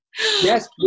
Yes